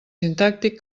sintàctic